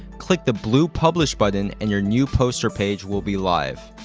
click the blue publish button, and your new post or page will be live.